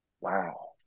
wow